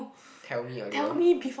tell me earlier